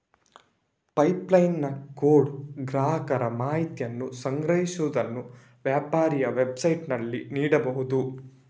PayPal ನ code ಗ್ರಾಹಕರ ಮಾಹಿತಿಯನ್ನು ಸಂಗ್ರಹಿಸುವುದನ್ನು ವ್ಯಾಪಾರಿಯ ವೆಬ್ಸೈಟಿನಲ್ಲಿ ನೀಡಬಹುದು